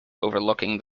overlooking